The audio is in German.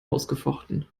ausgefochten